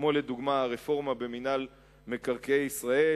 כמו לדוגמה הרפורמה במינהל מקרקעי ישראל,